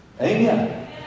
Amen